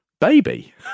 baby